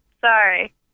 Sorry